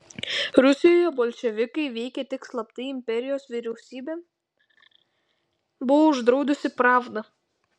rusijoje bolševikai veikė tik slaptai imperijos vyriausybė buvo uždraudusi pravdą